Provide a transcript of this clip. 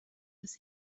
das